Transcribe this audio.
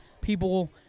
people